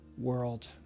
world